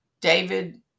David